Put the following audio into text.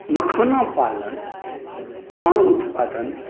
मखाना पालन पान उत्पादन